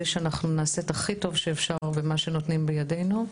שאנחנו נעשה את הכי טוב שאפשר ומה שנותנים בידינו,